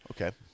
Okay